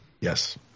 yes